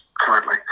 currently